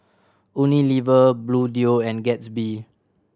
Unilever Bluedio and Gatsby